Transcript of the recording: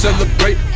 Celebrate